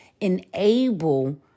enable